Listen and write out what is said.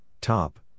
top